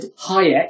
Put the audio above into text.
Hayek